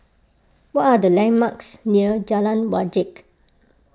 what are the landmarks near Jalan Wajek